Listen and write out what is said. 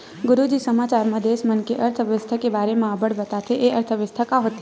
गुरूजी समाचार म देस मन के अर्थबेवस्था के बारे म अब्बड़ बताथे, ए अर्थबेवस्था का होथे?